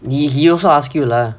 he he also ask you lah